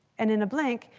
and in a blink,